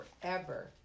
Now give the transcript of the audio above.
forever